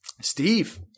Steve